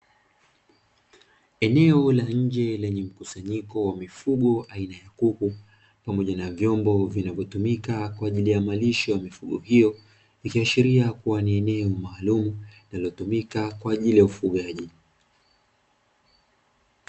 Eneo la nje lenye mkusanyiko wa mifugo aina ya kuku pamoja na vyombo vinavyotumika kwa ajili ya malisho ya mifugo hiyo, ikiashiria ni eneo maalumu linalotumika kwa ajili ya ufugaji.